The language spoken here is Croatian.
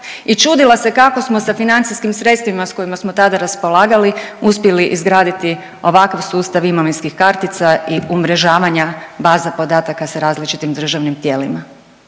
i čudila se kako smo sa financijskim sredstvima s kojima smo tada raspolagali uspjeli izgraditi ovakav sustav imovinskih kartica i umrežavanja baza podataka sa različitim državnim tijelima.